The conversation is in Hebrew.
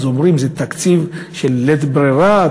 אז אומרים זה תקציב של לית ברירה,